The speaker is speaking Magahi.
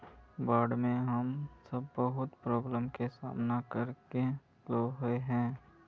बाढ में हम सब बहुत प्रॉब्लम के सामना करे ले होय है?